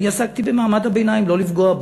אני עסקתי במעמד הביניים: לא לפגוע בו,